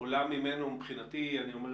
אבל מעבר